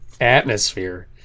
atmosphere